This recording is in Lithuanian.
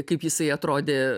kaip jisai atrodė